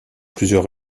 plusieurs